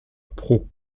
pro